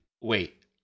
Wait